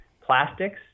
plastics